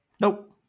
Nope